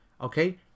Okay